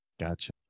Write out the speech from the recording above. Gotcha